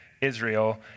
Israel